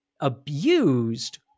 abused